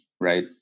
right